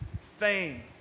fame